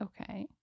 Okay